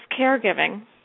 caregiving